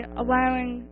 allowing